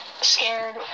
scared